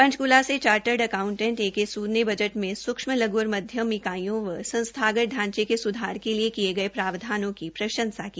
पंकचूला से chartered accountant A K Sood ने budget में सूक्षम लघ् और मध्यम इकाइयों व संस्थागत ांचे के सुधर के लिए किये गये प्रावधानों की प्रशंसा की